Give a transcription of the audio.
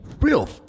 real